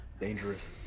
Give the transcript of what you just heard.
dangerous